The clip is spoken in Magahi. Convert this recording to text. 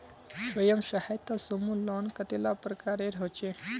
स्वयं सहायता समूह लोन कतेला प्रकारेर होचे?